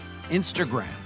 Instagram